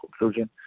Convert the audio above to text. conclusion